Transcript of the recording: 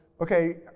okay